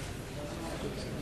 נימקנו.